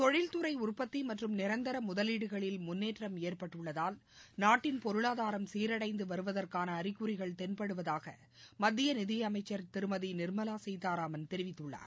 தொழில்துறை உற்பத்தி மற்றும் நிரந்தர முதலீடுகளில் முன்னேற்றம் ஏற்பட்டுள்ளதால் நாட்டின் பொருளாதாரம் சீரடைந்து வருவதற்கான அறிகுறிகள் தென்படுவதாக மத்திய நிதியனமச்சா் திருமதி நிா்மலா சீதாராமன் தெரிவித்துள்ளார்